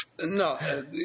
No